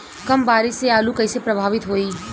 कम बारिस से आलू कइसे प्रभावित होयी?